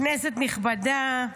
כנסת נכבדה,